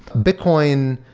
bitcoin,